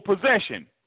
possession